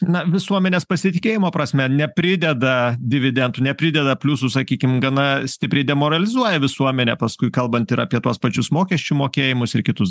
na visuomenės pasitikėjimo prasme neprideda dividendų neprideda pliusų sakykim gana stipriai demoralizuoja visuomenę paskui kalbant ir apie tuos pačius mokesčių mokėjimus ir kitus